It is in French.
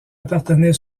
appartenait